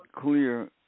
clear